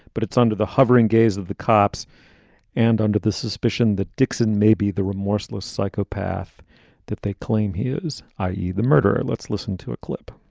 but it's under the hovering gaze of the cops and under the suspicion that dixon may be the remorseless psychopath that they claim he is, i e, the murderer. let's listen to a clip